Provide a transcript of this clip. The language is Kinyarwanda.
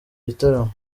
gitaramo